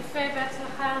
יפה, בהצלחה.